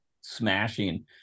Smashing